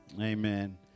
amen